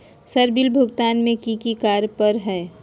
Sir bill भुगतान में की की कार्य पर हहै?